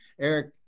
Eric